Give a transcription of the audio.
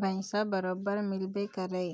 भइसा बरोबर मिलबे करय